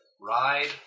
Ride